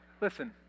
Listen